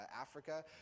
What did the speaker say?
Africa